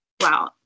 Wow